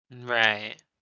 Right